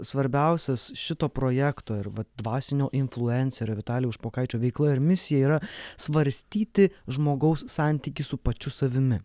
svarbiausias šito projekto ir vat dvasinio influencerio vitalijaus špokaičio veikla ir misija yra svarstyti žmogaus santykį su pačiu savimi